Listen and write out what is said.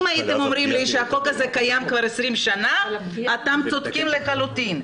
אם הייתם אומרים לי שהחוק הזה קיים כבר 20 שנה אתם צודקים לחלוטין.